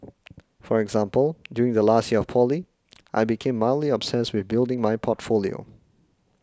for example during the last year of poly I became mildly obsessed with building my portfolio